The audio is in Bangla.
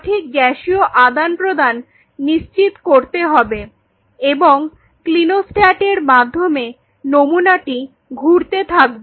সঠিক গ্যাসীয় আদান প্রদান নিশ্চিত করতে হবে এবং ক্লিনোস্ট্যাট এর মধ্যে নমুনাটি ঘুরতে থাকবে